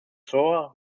soar